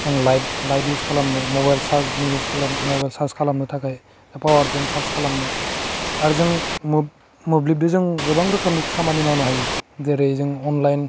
जों light light इउस खालामनो मबाइल चार्जनि इउस खालाम मबाइल चार्स खालामनो थाखाइ पावार बेंक चार्स खालामनो आरो जों मोब्लिबदों जों गोबां रोखोमनि खामानि मावनो हायो जेरै जों अनलाइन